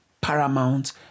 paramount